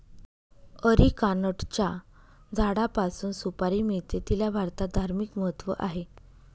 अरिकानटच्या झाडापासून सुपारी मिळते, तिला भारतात धार्मिक महत्त्व आहे